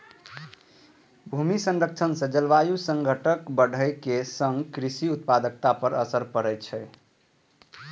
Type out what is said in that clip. भूमि क्षरण सं जलवायु संकट बढ़ै के संग कृषि उत्पादकता पर असर पड़ै छै